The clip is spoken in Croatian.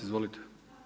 Izvolite.